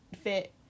fit